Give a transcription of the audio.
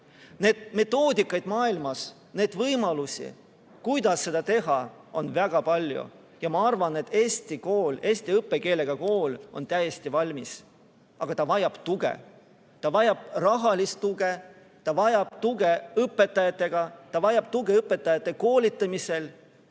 Neid metoodikaid, neid võimalusi, kuidas seda teha, on maailmas väga palju. Ma arvan, et eesti kool, eesti õppekeelega kool on täiesti valmis, aga ta vajab tuge, ta vajab rahalist tuge, ta vajab tuge õpetajatega, ta vajab tuge õpetajate koolitamisel.